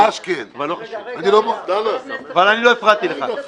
אבל לא הפרעתי לך.